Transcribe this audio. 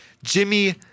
Jimmy